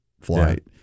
flight